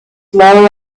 lower